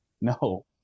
No